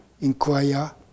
inquire